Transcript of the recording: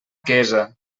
quesa